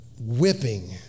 whipping